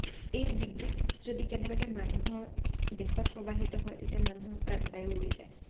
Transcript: এই বিদ্যুৎ যদি কেনেবাকৈ মানুহৰ দেহত প্ৰবাহিত হয় তেতিয়া মানুহ প্ৰাণবায়ু উৰি যায়